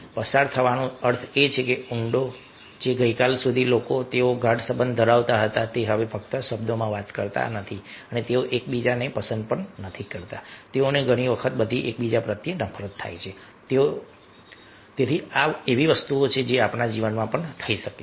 પસાર થવાનો અર્થ છે ઊંડા ગઈકાલ સુધી લોકો તેઓ ખૂબ જ ગાઢ સંબંધ ધરાવતા હતા હવે તેઓ શબ્દોમાં વાત કરતા નથી તેઓ એકબીજાને પસંદ નથી કરતા તેઓને ઘણી બધી નફરત છે તેઓ એકબીજાને નફરત કરે છે તેથી આ રીતે વસ્તુઓ છે આપણા જીવનમાં થાય છે